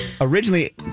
originally